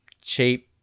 cheap